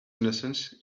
innocence